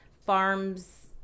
farms